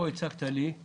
הצגת לי פה